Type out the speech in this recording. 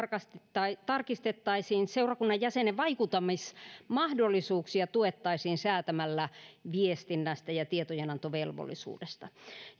tarkistettaisiin seurakunnan jäsenen vaikuttamismahdollisuuksia tuettaisiin säätämällä viestinnästä ja tietojenantovelvollisuudesta